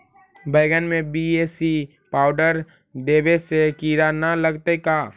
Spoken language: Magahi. बैगन में बी.ए.सी पाउडर देबे से किड़ा न लगतै का?